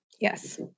Yes